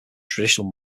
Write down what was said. traditional